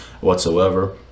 whatsoever